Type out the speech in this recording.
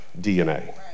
DNA